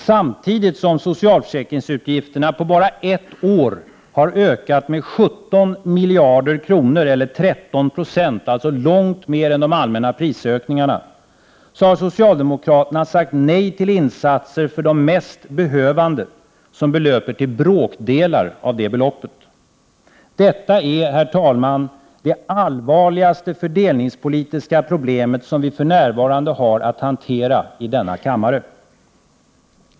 Samtidigt som socialförsäkringsutgifterna på bara ett år har ökat med 17 miljarder kronor, eller 13 96 — alltså långt mer än de allmänna prisökningarna — har socialdemokraterna sagt nej till insatser för de mest behövande som belöper sig till bråkdelar av det beloppet. Detta är, herr talman, det allvarligaste fördelningspolitiska problem som vi för närvarande har att hantera i denna kammare.